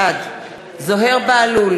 בעד זוהיר בהלול,